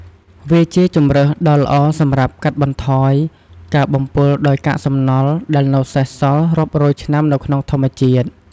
វាជាជម្រើសដ៏ល្អសម្រាប់កាត់បន្ថយ ការបំពុលដោយកាកសំណល់ ដែលនៅសេសសល់រាប់រយឆ្នាំនៅក្នុងធម្មជាតិ។